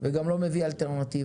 וגם לא מביא אלטרנטיבה.